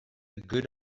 good